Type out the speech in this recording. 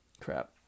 Crap